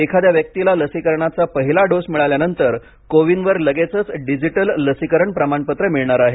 एखाद्या व्यक्तीला लसीकरणाचा पहिला डोस मिळाल्यानंतर को विन वर लगेचच डिजिटल लसीकरण प्रमाणपत्र मिळणार आहे